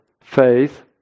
faith